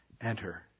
enter